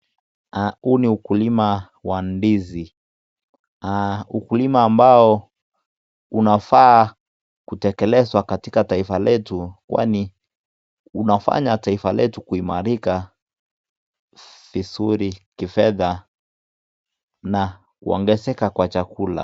Huu ni ukulima wa ndizi. Ukulima ambao unafaa kutekekezwa katika taifa letu kwani tunafanya taifa letu kuimarika vizuri kifedha na kuongezeka kwa chakula.